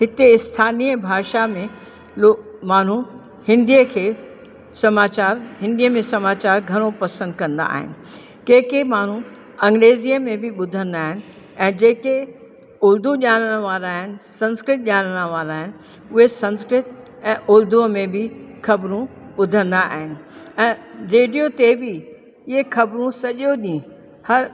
हिते स्थानिय भाषा में लो माण्हू हिंदीअ खे समाचारु हिंदीअ में समाचारु घणो पसंदि कंदा आहिनि कंहिं कंहिं माण्हू अंग्रेज़ीअ में बि ॿुधंदा आहिनि ऐं जेके उर्दू ॼाणण वारा आहिनि संस्कृत ॼाणण वारा आहिनि उहे संस्कृत ऐं उर्दूअ में बि ख़बरूं ॿुधंदा आहिनि ऐं रेडियो ते बि इहे ख़बरूं सॼो ॾींहुं हर